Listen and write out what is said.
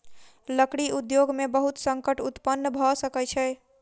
लकड़ी उद्योग में बहुत संकट उत्पन्न भअ सकै छै